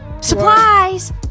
Supplies